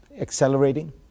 accelerating